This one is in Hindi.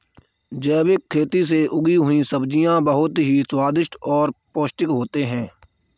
जैविक खेती से उगी हुई सब्जियां बहुत ही स्वादिष्ट और पौष्टिक होते हैं